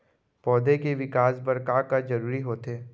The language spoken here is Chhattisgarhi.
पौधे के विकास बर का का जरूरी होथे?